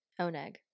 Oneg